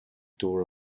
door